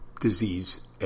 disease